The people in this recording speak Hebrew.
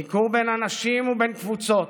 ניכור בין אנשים ובין קבוצות,